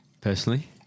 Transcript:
personally